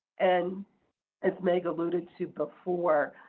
and as meg alluded to before,